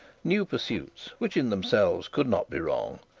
new pursuits, which in themselves could not be wrong,